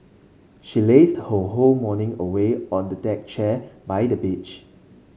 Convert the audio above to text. she lazed her whole morning away on a deck chair by the beach